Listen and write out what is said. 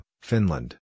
Finland